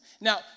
Now